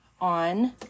on